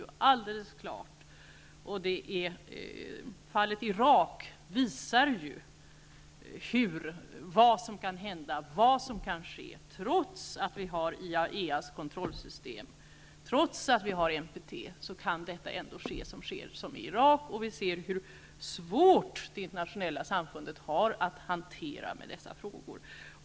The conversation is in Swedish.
Fallet Irak visar ju vad som kan ske, trots IAEA:s kontrollsystem, trots att vi har NPT. Vi ser hur svårt det internationella samfundet har att hantera dessa frågor.